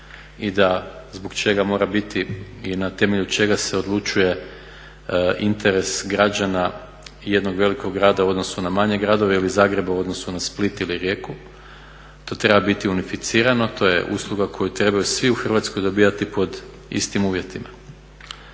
I da zbog čega mora biti i na temelju čega se odlučuje interes građana jednog velikog grada u odnosu na manje gradove ili Zagreba u odnosu na Split ili Rijeku. To treba biti unificirano, to je usluga koju trebaju svi u Hrvatskoj dobivati pod istim uvjetima.